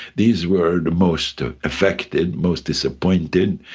these were the most affected, most disappointed,